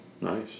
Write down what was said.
Nice